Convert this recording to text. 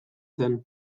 zen